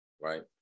right